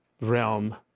realm